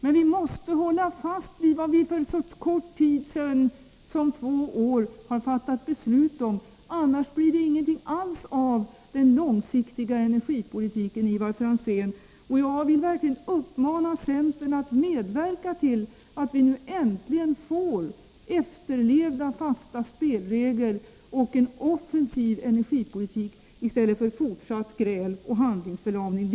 Men vi måste hålla fast vid vad vi för så kort tid sedan som två år fattade beslut om. Annars blir det ingenting av den långsiktiga energipolitiken, Ivar Franzén. Jag vill verkligen uppmana centern att medverka till att vi äntligen får fasta spelregler som efterlevs och en offensiv energipolitik i stället för fortsatt gräl och handlingsförlamning.